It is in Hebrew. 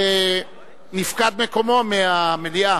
נפקד מקומו מהמליאה.